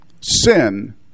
sin